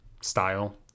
style